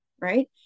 Right